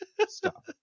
Stop